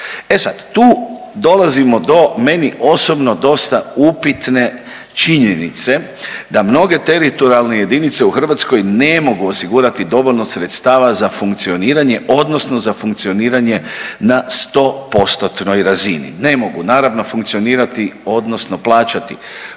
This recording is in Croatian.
E sad, tu dolazimo do meni osobno dosta upitne činjenice da mnoge teritorijalne jedinice u Hrvatskoj ne mogu osigurati dovoljno sredstava za funkcioniranje odnosno za funkcioniranje na 100% razini. Ne mogu naravno funkcionirati odnosno plaćati